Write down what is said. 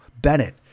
Bennett